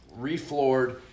refloored